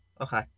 Okay